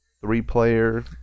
three-player